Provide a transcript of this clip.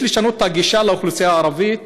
יש לשנות את הגישה לאוכלוסייה הערבית